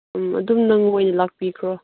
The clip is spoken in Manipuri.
ꯑꯗꯨꯝ ꯅꯪ ꯑꯣꯏꯅ ꯂꯥꯛꯄꯤꯈ꯭ꯔꯣ